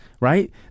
right